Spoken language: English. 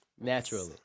naturally